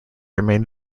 remained